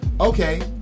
Okay